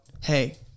hey